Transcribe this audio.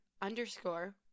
underscore